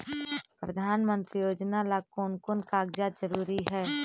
प्रधानमंत्री योजना ला कोन कोन कागजात जरूरी है?